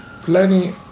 plenty